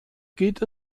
geht